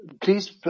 Please